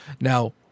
Now